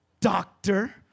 doctor